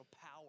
power